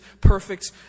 perfect